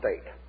state